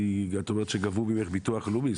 כי את אומרת שגבו ממך ביטוח לאומי.